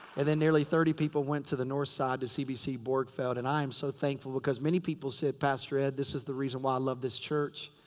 and then nearly thirty people went to the north side to cbc borgfeld. and i am so thankful because many people said, pastor ed, this is the reason why i love this church.